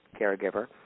caregiver